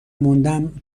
موندم